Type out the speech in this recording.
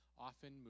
often